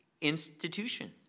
institution